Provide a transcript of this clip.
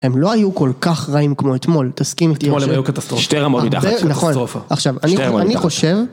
הם לא היו כל כך רעים כמו אתמול, תסכים איתי. אתמול הם היו קטסטרופים, שתי רמות מתחת של קטסטרופה. עכשיו, אני חושב...